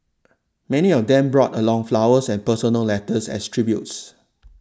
many of them brought along flowers and personal letters as tributes